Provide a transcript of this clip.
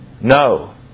No